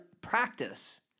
practice